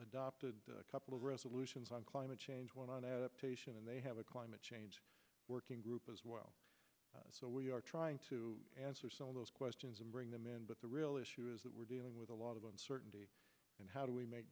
adopted a couple of resolutions on climate change one on adaptation and they have a climate change working group as well so we are trying to answer some of those questions and bring them in but the real issue is that we're dealing with a lot of uncertainty and how do we make